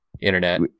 Internet